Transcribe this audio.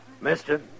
Mister